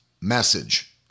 message